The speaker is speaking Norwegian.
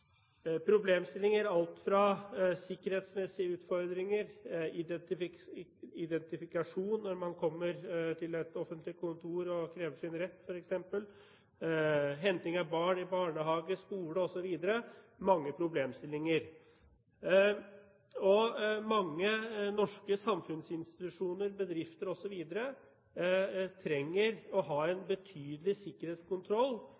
problemstillinger. Det kan være alt fra sikkerhetsmessige utfordringer, identifikasjon når man kommer til et offentlig kontor og krever sin rett, henting av barn i barnehage, skole osv. Mange norske samfunnsinstitusjoner, bedrifter osv. trenger å ha